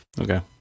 okay